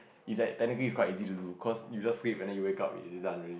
is that technically it's quite easy to do cause you just sleep and then you wake up it is done already